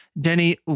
Denny